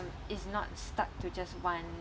is not stuck to just one